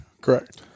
Correct